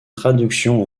traductions